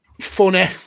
funny